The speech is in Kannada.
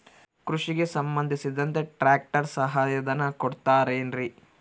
ಕೃಷಿಗೆ ಸಂಬಂಧಿಸಿದಂತೆ ಟ್ರ್ಯಾಕ್ಟರ್ ಸಹಾಯಧನ ಕೊಡುತ್ತಾರೆ ಏನ್ರಿ?